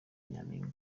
nyampinga